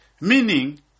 Meaning